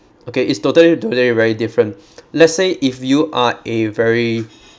okay it's totally totally very different let's say if you are a very